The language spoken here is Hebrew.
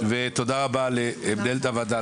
תודה רבה למנהלת הוועדה,